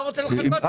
הוא לא רוצה לחכות.